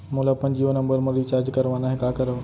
मोला अपन जियो नंबर म रिचार्ज करवाना हे, का करव?